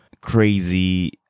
crazy